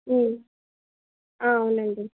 అవునండి